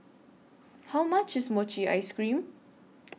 How much IS Mochi Ice Cream